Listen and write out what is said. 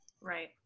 Right